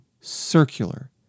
circular